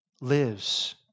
lives